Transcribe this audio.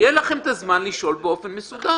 יהיה לכם זמן לשאול באופן מסודר.